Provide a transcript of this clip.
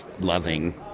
loving